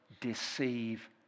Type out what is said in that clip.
deceive